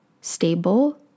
stable